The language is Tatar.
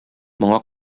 моңа